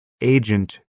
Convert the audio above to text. agent